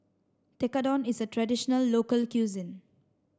Tekkadon is a traditional local cuisine